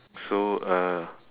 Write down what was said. so uh